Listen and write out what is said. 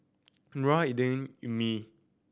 Nura Indra Ummi